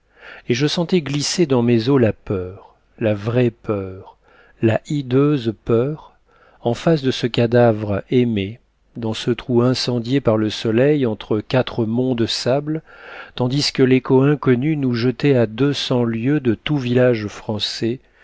et je sentais se glisser dans mes os la peur la vraie peur la hideuse peur en face de ce cadavre aimé dans ce trou incendié par le soleil entre quatre monts de sable tandis que l'écho inconnu nous jetait à deux cents lieues de tout village français